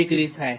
2° થાય